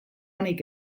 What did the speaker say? onik